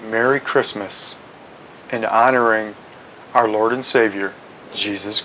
merry christmas and honoring our lord and savior jesus